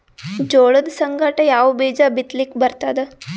ಜೋಳದ ಸಂಗಾಟ ಯಾವ ಬೀಜಾ ಬಿತಲಿಕ್ಕ ಬರ್ತಾದ?